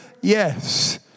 Yes